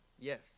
Yes